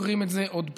ועוקרים את זה עוד פעם.